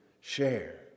share